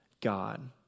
God